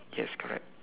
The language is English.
yes correct